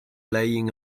lying